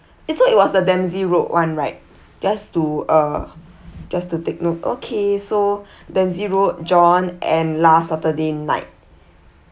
eh so it was the dempsey road one right just to uh just to take note okay so dempsey road john and last saturday night